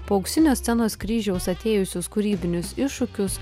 po auksinio scenos kryžiaus atėjusius kūrybinius iššūkius